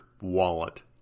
wallet